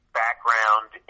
background